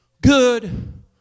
Good